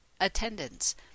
Attendance